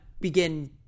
begin